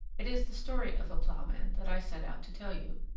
it is the story of a ploughman that i set out to tell you,